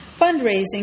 Fundraising